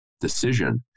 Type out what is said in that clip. decision